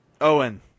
Owen